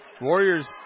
Warriors